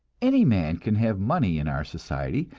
any man can have money in our society,